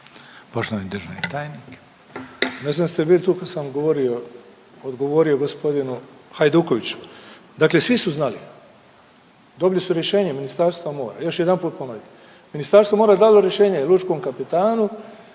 **Matušić, Frano (HDZ)** Ne znam jeste bili tu kad sam govorio, odgovorio gospodinu Hajdukoviću. Dakle, svi su znali. Dobili su rješenje Ministarstava mora. Još jedanput da ponovim. Ministarstvo mora je dalo rješenje lučkom kapetanu,